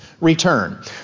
return